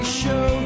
show